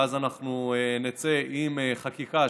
ואז אנחנו נצא עם חקיקה,